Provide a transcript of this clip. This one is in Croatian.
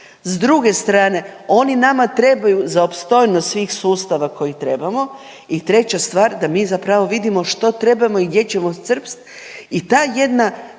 s druge strane oni nama trebaju za opstojnost svih sustava koji trebamo i treća stvar da mi zapravo vidimo što trebamo i gdje ćemo crpsti